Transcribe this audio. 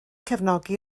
cefnogi